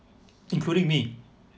including me